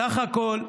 סך הכול,